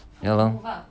ya lor